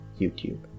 YouTube